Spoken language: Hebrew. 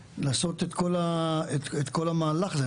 לעשות את כל המהלך הזה.